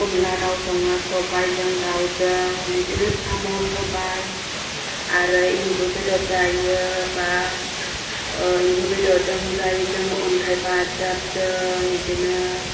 अनला दाउ सङो सबायजों दाउजों बिदिनो साम' सबाय आरो एम्बु बेदर जायो बा एम्बु बेदरजों जायो जोङो अन्थाइ बाजाबजों बिदिनो